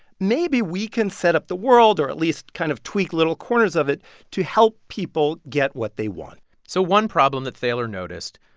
maybe we can set up the world or at least kind of tweak little corners of it to help people get what they want so one problem that thaler noticed,